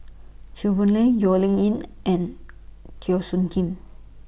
Chew Boon Lay Low Yen Ling and Teo Soon Kim